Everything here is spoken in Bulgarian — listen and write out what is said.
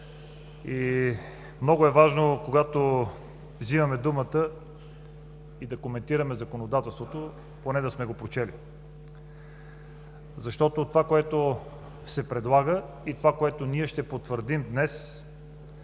много е важно, когато взимаме думата да коментираме законодателството, поне да сме го прочели. Това, което се предлага, и това, което ние ще потвърдим днес,